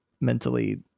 mentally